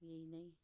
यही नै